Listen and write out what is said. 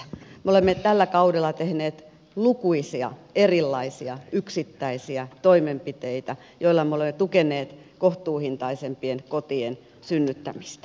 me olemme tällä kaudella tehneet lukuisia erilaisia yksittäisiä toimenpiteitä joilla me olemme tukeneet kohtuuhintaisempien kotien synnyttämistä